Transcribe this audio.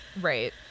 Right